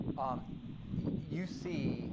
um you see